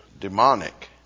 demonic